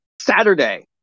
Saturday